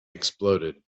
exploded